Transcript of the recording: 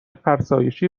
فرسایشی